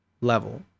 level